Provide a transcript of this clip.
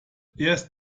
erst